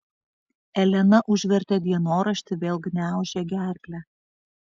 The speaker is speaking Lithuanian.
elena užvertė dienoraštį vėl gniaužė gerklę